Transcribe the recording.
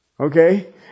Okay